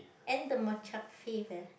and the matcha